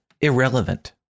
Irrelevant